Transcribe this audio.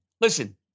listen